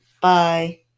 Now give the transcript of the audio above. bye